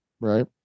Right